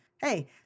hey